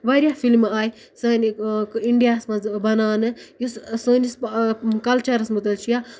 واریاہ فِلمہٕ آے سانہِ اِنڈیاہَس منٛز بَناونہٕ یُس سٲنِس کَلچَرَس منٛز چھُ یا